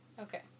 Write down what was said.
okay